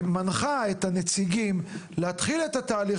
שמנחה את הנציגים להתחיל את התהליך,